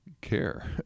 care